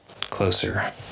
closer